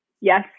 yes